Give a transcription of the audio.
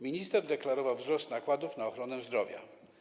Minister deklarował wzrost nakładów na ochronę zdrowia.